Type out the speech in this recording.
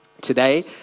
today